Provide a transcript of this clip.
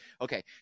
Okay